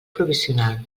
provisional